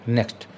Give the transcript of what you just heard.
Next